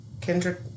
Kendrick